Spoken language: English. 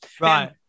Right